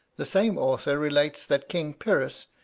the same author relates that king pyrrhus,